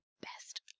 best